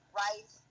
rice